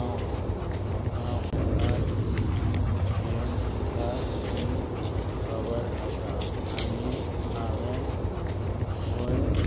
आं म्हाका फोनार गेम आसा ती खबर आसा आनी हांवेंन खंय